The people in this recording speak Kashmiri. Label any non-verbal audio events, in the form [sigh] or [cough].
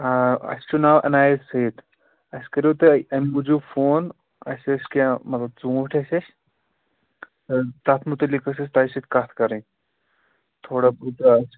اَسہِ چھُ ناوعنایت سعید اَسہِ کرِو تۄہہِ اَمہِ موٗجوٗب فون اَسہِ ٲسۍ کیٚنٛہہ مطلب ژوٗنٛٹھۍ أسۍ اَسہِ تہٕ تَتھ متعلِق أس اَسہِ تۄہہِ سۭتۍ کتھ کرٕنۍ تھوڑا [unintelligible]